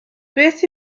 beth